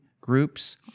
groups